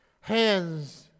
hands